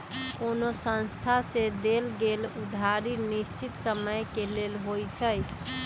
कोनो संस्था से देल गेल उधारी निश्चित समय के लेल होइ छइ